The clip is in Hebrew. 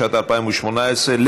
ועדת החוקה אושרה.